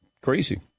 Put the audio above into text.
Crazy